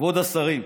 כבוד השרים,